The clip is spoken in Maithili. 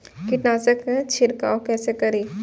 कीट नाशक छीरकाउ केसे करी?